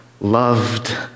loved